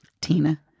Tina